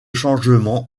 changements